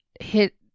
hit